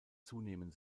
zunehmen